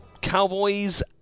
cowboys